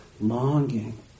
longing